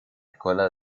escuela